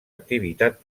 activitat